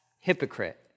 hypocrite